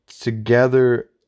together